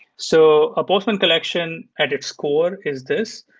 so a postman collection at its core is this.